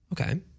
Okay